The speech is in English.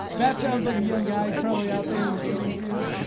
that sounds like a young guy is probably out there in the dating field.